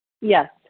Yes